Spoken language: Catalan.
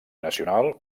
nacional